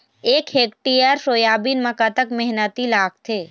एक hectare soybean म कतक मेहनती लागथे?